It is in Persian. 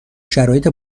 شرایط